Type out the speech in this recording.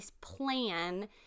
plan